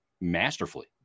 masterfully